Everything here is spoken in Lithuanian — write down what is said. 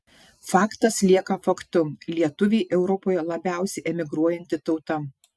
faktas lieka faktu lietuviai europoje labiausiai emigruojanti tauta